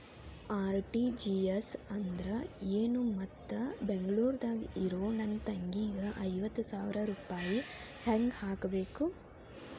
RTGS ಅಂದ್ರ ಏನು ಮತ್ತ ಬೆಂಗಳೂರದಾಗ್ ಇರೋ ನನ್ನ ತಂಗಿಗೆ ಐವತ್ತು ಸಾವಿರ ರೂಪಾಯಿ ಹೆಂಗ್ ಹಾಕಬೇಕು?